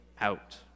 out